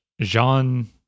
Jean